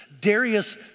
Darius